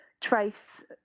trace